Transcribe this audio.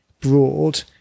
broad